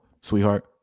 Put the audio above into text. sweetheart